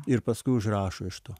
ir paskui užrašo iš to